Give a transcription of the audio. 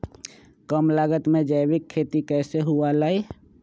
कम लागत में जैविक खेती कैसे हुआ लाई?